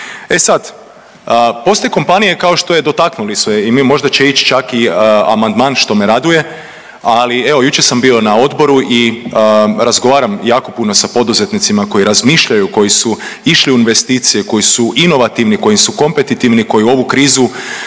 E sada postoje kompanije kao što je dotaknuli su je i možda će ići čak i amandman što me raduje ali evo jučer sam bio na odboru i razgovaram jako puno sa poduzetnicima koji razmišljaju, koji su išli u investicije, koji su inovativni, koji su kompetitivni, koji ovu krizu